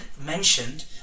mentioned